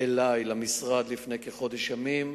אלי למשרד לפני כחודש ימים,